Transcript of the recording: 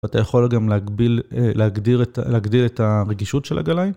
אתה יכול גם להגדיל את הרגישות של הגליים.